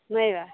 নোৱাৰিবা